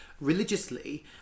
religiously